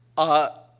ah,